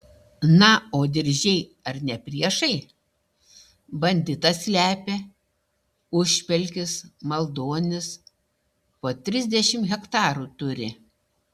na o diržiai ar ne priešai banditą slepia užpelkis maldonis po trisdešimt hektarų turi